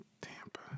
Tampa